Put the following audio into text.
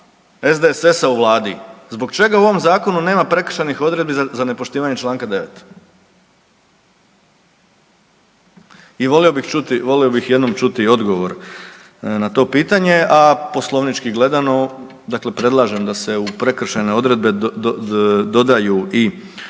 SDSS-a u vladi, zbog čega u ovom zakonu nema prekršajnih odredbi za nepoštivanje čl. 9.? I volio bih čuti, volio bih jednom čuti odgovor na to pitanje, a poslovnički gledano dakle predlažem da se u prekršajne odredbe dodaju i